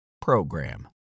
PROGRAM